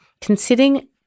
considering